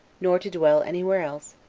nor to dwell any where else,